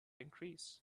increase